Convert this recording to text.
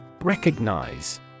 Recognize